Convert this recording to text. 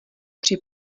při